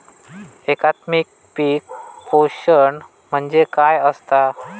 एकात्मिक पीक पोषण म्हणजे काय असतां?